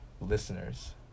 Listeners